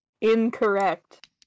incorrect